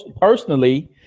personally